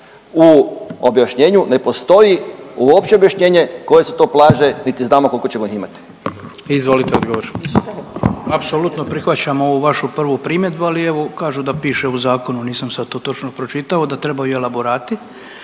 U objašnjenju ne postoji uopće objašnjenje koje su to plaže niti znamo koliko ćemo ih imati. **Jandroković, Gordan (HDZ)** Izvolite odgovor. **Butković, Oleg (HDZ)** Apsolutno prihvaćam ovu vašu prvu primjedbu, ali evo kažu da piše u zakonu. Nisam sad to točno pročitao da trebaju i elaborati.